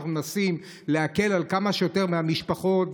שאנחנו מנסים להקל על כמה שיותר מהמשפחות,